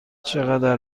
چقدر